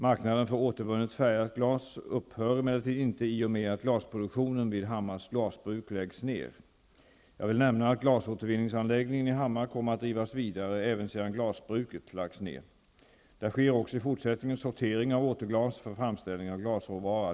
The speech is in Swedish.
Marknaden för återvunnet färgat glas upphör emellertid inte i och med att glasproduktionen vid Hammars glasbruk läggs ner. Jag vill nämna att glasåtervinningsanläggningen i Hammar kommer att drivas vidare även sedan glasbruket lagts ner. Där sker också i fortsättningen sortering av återglas för framställning av glasråvara.